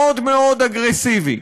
מאוד מאוד אגרסיבי.